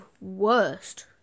worst